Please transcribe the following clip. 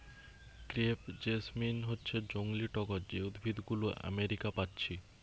crepe jasmine হচ্ছে জংলি টগর যে উদ্ভিদ গুলো আমেরিকা পাচ্ছি